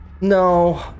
no